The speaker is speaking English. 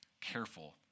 careful